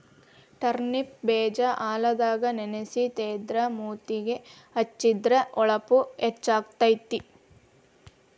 turnip ಬೇಜಾ ಹಾಲದಾಗ ನೆನಸಿ ತೇದ ಮೂತಿಗೆ ಹೆಚ್ಚಿದ್ರ ಹೊಳಪು ಹೆಚ್ಚಕೈತಿ